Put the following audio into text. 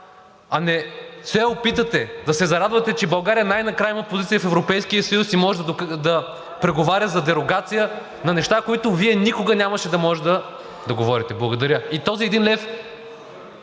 а не се опитате да се зарадвате, че България най накрая има позиция в Европейския съюз и може да преговаря за дерогация на неща, за които Вие никога нямаше да можете да говорите. Благодаря. И този един лев